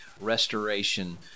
restoration